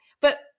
But-